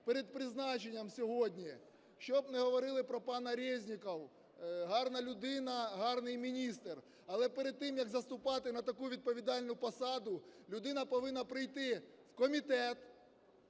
Перед призначенням сьогодні, що б не говорили про пана Резнікова: "гарна людина, гарний міністр", - але перед тим, як заступати на таку відповідальну посаду, людина повинна прийти в комітет,